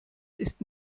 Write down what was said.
ist